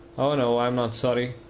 oh no i'm not sorry.